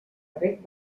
reg